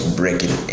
breaking